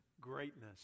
greatness